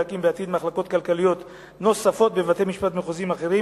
להקים בעתיד מחלקות כלכליות נוספות בבתי-משפט מחוזיים אחרים,